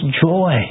joy